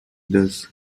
does